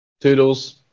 Toodles